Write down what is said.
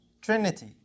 Trinity